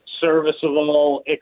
serviceable